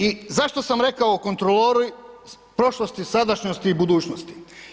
I zašto sam rekao kontrolori prošlosti, sadašnjosti i budućnosti?